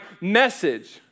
message